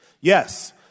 Yes